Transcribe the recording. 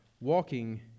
walking